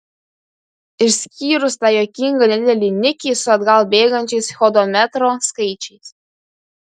išskyrus tą juokingą nedidelį nikį su atgal bėgančiais hodometro skaičiais